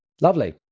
lovely